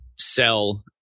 sell